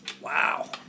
Wow